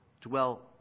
dwell